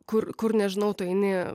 kur kur nežinau tu eini